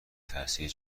تاثیر